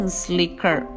slicker